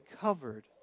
covered